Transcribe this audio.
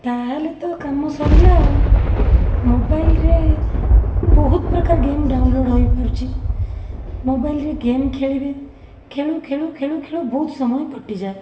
ତାହେଲେ ତ କାମ ସରିଲା ଆଉ ମୋବାଇଲ ରେ ବହୁତ ପ୍ରକାର ଗେମ୍ ଡାଉନଲୋଡ଼ ହୋଇପାରୁଛି ମୋବାଇଲ ରେ ଗେମ୍ ଖେଳିବେ ଖେଳୁଖେଳୁ ଖେଳୁଖେଳୁ ବହୁତ ସମୟ କଟିଯାଏ